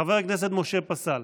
חבר הכנסת משה פסל,